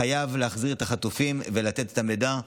חייבים להחזיר את החטופים ולתת את המידע.